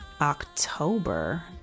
October